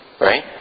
right